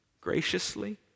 graciously